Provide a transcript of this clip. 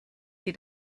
sie